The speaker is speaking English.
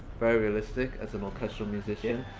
very realistic as an orchestral musician,